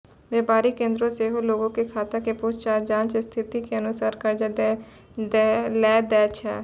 व्यापारिक केन्द्र सेहो लोगो के खाता के पूछताछ जांच स्थिति के अनुसार कर्जा लै दै छै